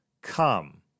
Come